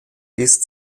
ist